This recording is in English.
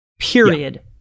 period